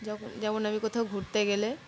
যখন যেমন আমি কোথাও ঘুরতে গেলে